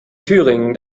thüringen